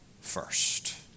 first